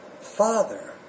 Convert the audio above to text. Father